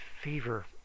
fever